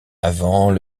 avant